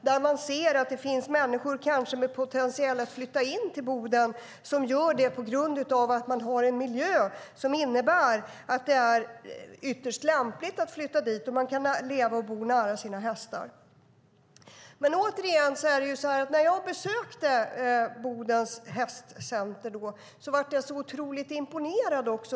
De har sett att det finns människor som kanske vill flytta in till Boden på grund av att det finns en miljö som är ytterst lämplig om man vill leva och bo nära sina hästar. När jag besökte Bodens hästcentrum blev jag otroligt imponerad.